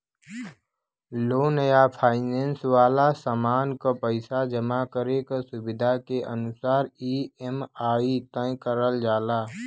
loan या finance वाला सामान क पइसा जमा करे क सुविधा के अनुसार ई.एम.आई तय करल जाला